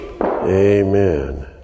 Amen